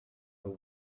for